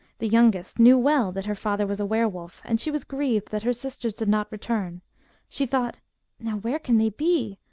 the youngest knew well that her father was a were-wolf, and she was grieved that her sisters did not return she thought, now where can they be?